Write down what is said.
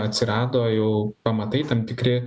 atsirado jau pamatai tam tikri